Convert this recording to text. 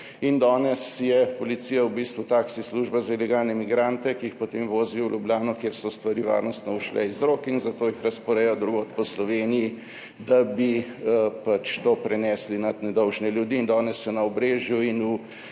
Danes je policija v bistvu taksi služba za ilegalne migrante, ki jih potem vozijo v Ljubljano, kjer so stvari varnostno ušle iz rok, in zato jih razporeja drugod po Sloveniji, da bi pač to prenesli nad nedolžne ljudi. In danes se na Obrežju in